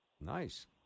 Nice